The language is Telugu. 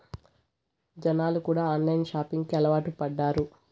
జనాలు కూడా ఆన్లైన్ షాపింగ్ కి అలవాటు పడ్డారు